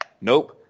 Nope